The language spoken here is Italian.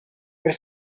per